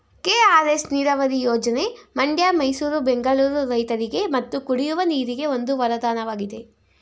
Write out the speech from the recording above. KRS ನೀರವರಿ ಯೋಜನೆ ಮಂಡ್ಯ ಮೈಸೂರು ಬೆಂಗಳೂರು ರೈತರಿಗೆ ಮತ್ತು ಕುಡಿಯುವ ನೀರಿಗೆ ಒಂದು ವರದಾನವಾಗಿದೆ